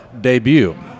debut